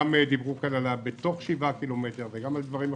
דיברו כאן גם בתוך 7 קילומטרים וגם על דברים אחרים,